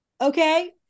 okay